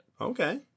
Okay